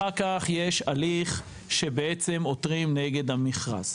אחר כך יש הליך שבו עותרים כנגד המכרז.